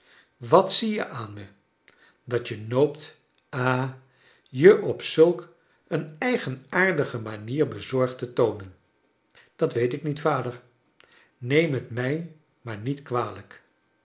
wat zie je aan me dat je noopt ha je op zulk een eigenaardige manier bezorgd te toonen dat weet ik niet vader neem t mij maar niet kwalijk